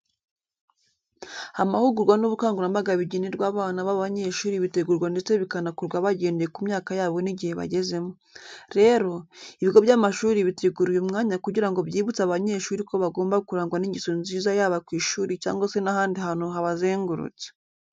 Amahugurwa n'ubukangurambaga bigenerwa abana b'abanyeshuri bitegurwa ndetse bikanakorwa bagendeye ku myaka yabo nigihe bagezemo. Rero, ibigo by'amashuri bitegura uyu mwanya kugira ngo byibutse abanyeshuri ko bagomba kurangwa n'ingeso nziza yaba ku ishuri cyangwa se n'ahandi hantu habazengurutse.